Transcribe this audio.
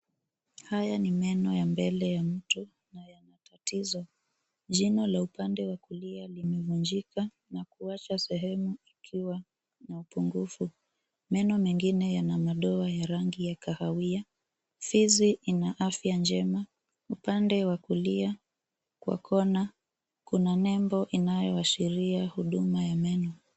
Haya ni meno ya mbele ya mtu na yana tatizo. Jino la upande wa mbele limevunjika na kuwacha sehemu ikiwa na upungufu. Meno mengine yana madoa ya rangi ya kahawia. Fizi ina afya njema. Upande wa kulia kwa kona kuna nembo inayoashiria huduma ya meno.